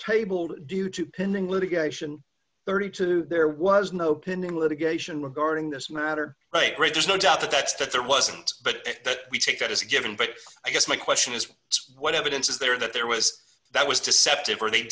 tabled due to pending litigation thirty two there was no pending litigation regarding this matter right right there's no doubt that that's that there wasn't but that we take that as a given but i guess my question is what evidence is there that there was that was deceptive or they